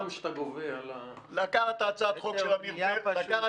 מע"מ שאתה גובה על ------ הצעה מצוינת, אגב.